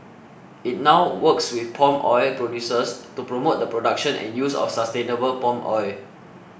it now works with palm oil producers to promote the production and use of sustainable palm oil